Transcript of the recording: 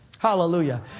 Hallelujah